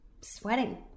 sweating